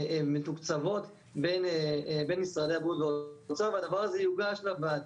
מתוקצבות בין משרדי הבריאות והאוצר והדבר הזה יוגש לוועדה,